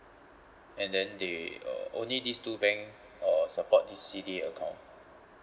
and then they uh only these two bank uh support this C_D_A account